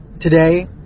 today